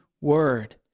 Word